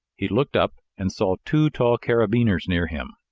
he looked up and saw two tall carabineers near him.